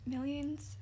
Millions